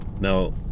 Now